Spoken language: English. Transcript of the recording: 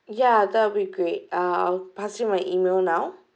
yeah that'll be great uh I'll pass you my email now